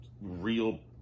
real